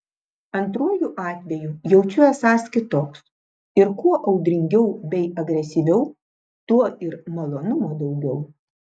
antruoju atveju jaučiu esąs kitoks ir kuo audringiau bei agresyviau tuo ir malonumo daugiau